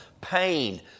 pain